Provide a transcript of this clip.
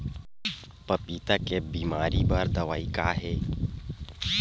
पपीता के बीमारी बर दवाई का हे?